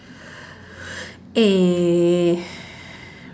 err